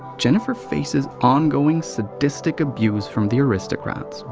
jennifer faces ongoing sadistic abuse from the aristocrats.